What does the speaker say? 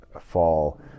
fall